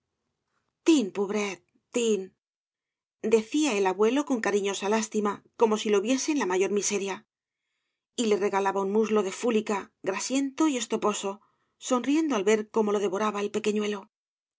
tin pobret un decía el abuelo con cailñosa lástima como si lo viese en la mayor miseria y le regalaba un muslo de fúlica grasicnto y estopoao sonriendo al ver cómo lo devoraba el pequeñueio